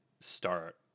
start